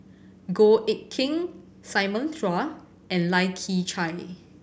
Goh Eck Kheng Simon Chua and Lai Kew Chai